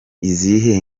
izihe